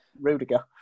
Rudiger